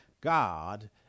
god